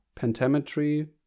pentametry